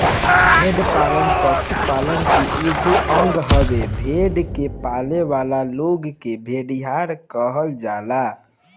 भेड़ पालन पशुपालन के एगो अंग हवे, भेड़ के पालेवाला लोग के भेड़िहार कहल जाला